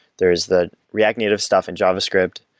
there's the react native stuff in javascript,